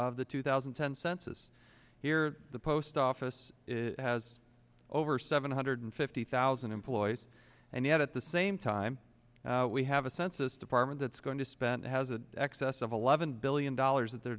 of the two thousand and ten census here the post office has over seven hundred fifty thousand employees and yet at the same time we have a census department that's going to spend has an excess of eleven billion dollars at their